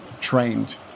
trained